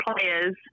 players